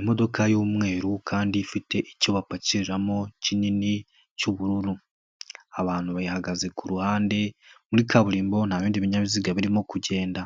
Imodoka y'umweru kandi ifite icyo bapakiriramo kinini cy'ubururu. Abantu bayihagaze ku ruhande, muri kaburimbo nta bindi binyabiziga birimo kugenda.